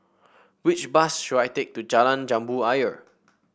which bus should I take to Jalan Jambu Ayer